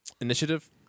Initiative